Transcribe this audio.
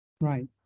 Right